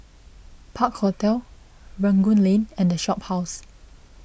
Park Hotel Rangoon Lane and the Shophouse